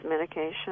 medication